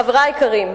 חברי היקרים,